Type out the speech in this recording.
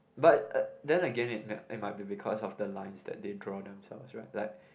but uh then again it it might because of the lines that they draw themselves right like